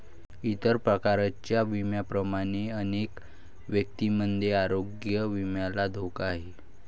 इतर प्रकारच्या विम्यांप्रमाणेच अनेक व्यक्तींमध्ये आरोग्य विम्याला धोका आहे